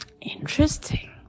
Interesting